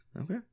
Okay